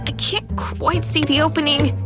i can't quite see the opening.